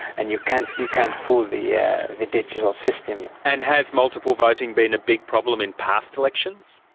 and you can't you can't fool the yeah the digital system. and has multiple voting been a big problem in past elections?